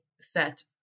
set